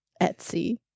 Etsy